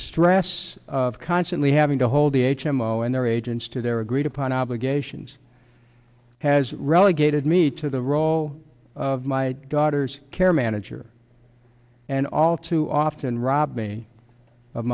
stress of constantly having to hold the h m o and their agents to their agreed upon obligations has relegated me to the role of my daughter's care manager and all too often rob me of